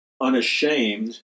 unashamed